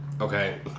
Okay